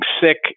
sick